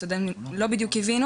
הסטודנטים לא בדיוק הבינו